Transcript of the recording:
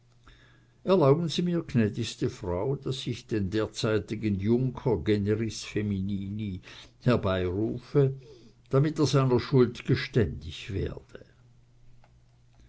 erlauben sie mir gnädigste frau daß ich den derzeitigen junker generis feminini herbeirufe damit er seiner schuld geständig werde